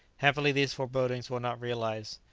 happily these forebodings were not realized.